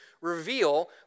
reveal